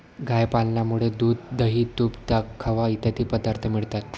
गाय पालनामुळे दूध, दही, तूप, ताक, खवा इत्यादी पदार्थ मिळतात